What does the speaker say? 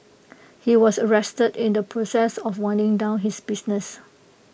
he was arrested in the process of winding down his business